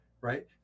right